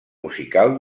musical